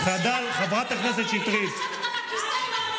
יש לך תשובות לילדים?